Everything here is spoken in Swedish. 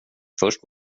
först